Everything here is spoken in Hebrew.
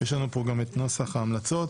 יש לנו פה את נוסח ההמלצות.